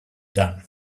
done